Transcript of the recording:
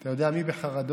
אתה יודע מי בחרדות?